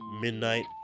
midnight